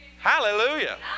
Hallelujah